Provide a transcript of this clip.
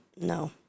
no